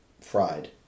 fried